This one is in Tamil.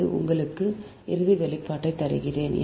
நான் உங்களுக்கு இறுதி வெளிப்பாட்டை தருகிறேன்